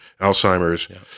alzheimer's